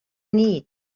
need